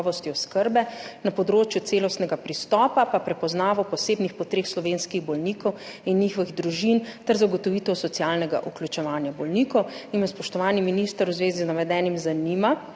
na področju celostnega pristopa pa prepoznavo posebnih potreb slovenskih bolnikov in njihovih družin ter zagotovitev socialnega vključevanja bolnikov. Spoštovani minister, v zvezi z navedenim me zanima: